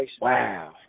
Wow